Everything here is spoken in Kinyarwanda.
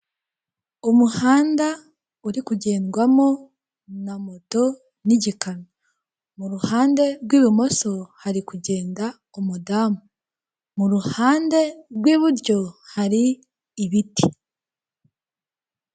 Umuhanda uri kugendwamo na moto n'igikamyo; mu ruhande rw'ibumoso hari kugenda umudamu. Mu ruhande rw'iburyo hari ibiti.